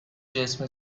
جسم